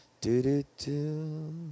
Do-do-do